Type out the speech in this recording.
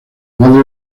madre